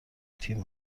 تیم